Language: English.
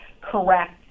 correct